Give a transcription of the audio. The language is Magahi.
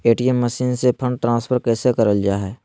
ए.टी.एम मसीन से फंड ट्रांसफर कैसे करल जा है?